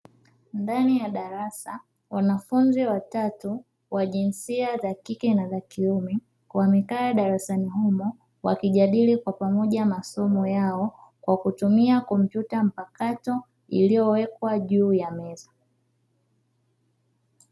Ndani ya darasa wanafunzi watatu wa jinsia za kike na za kiume, wamekaa darasani humo wakijadili kwa pamoja masomo yao kwa kutumia kompyuta mpakato iliyowekwa juu ya meza.